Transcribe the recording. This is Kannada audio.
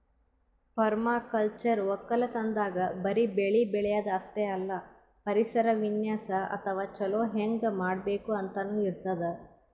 ಪರ್ಮಾಕಲ್ಚರ್ ವಕ್ಕಲತನ್ದಾಗ್ ಬರಿ ಬೆಳಿ ಬೆಳ್ಯಾದ್ ಅಷ್ಟೇ ಅಲ್ಲ ಪರಿಸರ ವಿನ್ಯಾಸ್ ಅಥವಾ ಛಲೋ ಹೆಂಗ್ ಮಾಡ್ಬೇಕ್ ಅಂತನೂ ಇರ್ತದ್